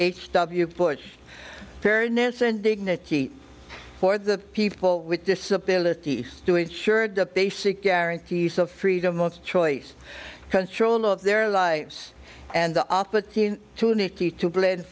h w bush fairness and dignity for the people with disabilities to ensure the basic guarantees of freedom of choice control of their lives and the opportunity to nikki to blend